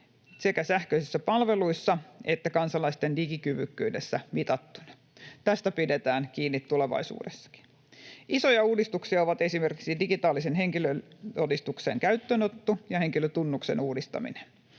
sekä sähköisissä palveluissa että kansalaisten digikyvykkyydessä mitattuna. [Tuomas Kettusen puhelin soi] Tästä pidetään kiinni tulevaisuudessakin. Isoja uudistuksia ovat esimerkiksi digitaalisen henkilötodistuksen käyttöönotto ja henkilötunnuksen uudistaminen.